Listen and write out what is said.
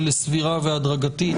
לסבירה ולהדרגתית,